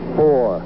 four